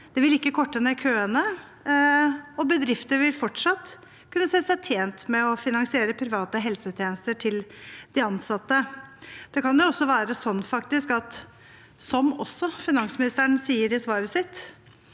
det vil ikke korte ned køene, og bedrifter vil fortsatt kunne se seg tjent med å finansiere private helsetjenester til de ansatte. Det kan faktisk også være, som også finansministeren sier i svaret sitt,